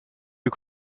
you